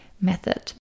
method